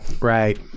Right